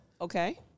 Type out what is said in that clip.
Okay